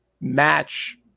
match